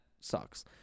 sucks